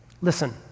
Listen